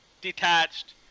detached